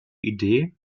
idee